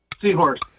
Seahorse